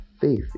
faith